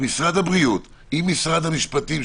שמשרד הבריאות עם משרד המשפטים,